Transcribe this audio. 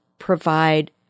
provide